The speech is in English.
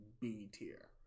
B-tier